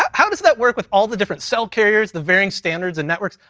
how does that work with all the different cell carriers, the varying standards, and networks?